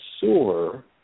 sewer